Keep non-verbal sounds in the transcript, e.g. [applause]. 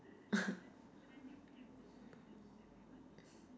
[laughs]